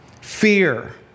fear